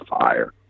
fire